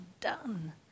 done